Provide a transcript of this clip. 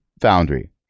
Foundry